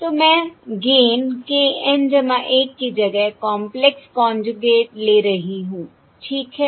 तो मैं gain k N 1 की जगह कॉंपलेक्स कोंजूगेट ले रही हूं ठीक है